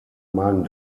magen